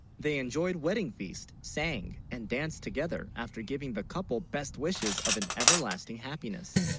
they, enjoyed wedding feast sang and danced together after giving the couple best wishes of an everlasting happiness